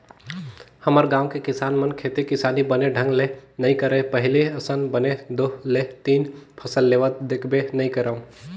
हमर गाँव के किसान मन खेती किसानी बने ढंग ले नइ करय पहिली असन बने दू ले तीन फसल लेवत देखबे नइ करव